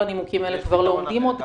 כל הנימוקים האלה כבר לא עומדים עוד.